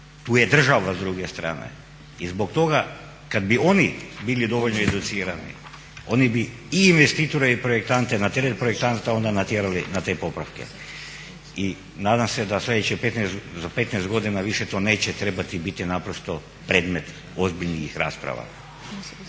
tu je država s druge strane i zbog toga kada bi oni bili dovoljno educirani oni bi i investitore i projektante na teret projektanta onda natjerali na te popravke. I nadam se da sljedećih za 15 godina više to neće trebati biti naprosto predmet ozbiljnih rasprava.